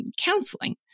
counseling